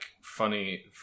funny